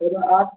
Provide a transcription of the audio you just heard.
फिर आप